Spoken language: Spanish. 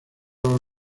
los